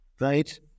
right